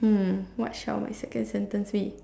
hmm what shall my second sentence be